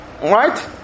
right